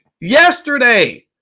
Yesterday